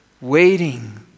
waiting